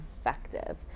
effective